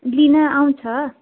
लिन आउँछ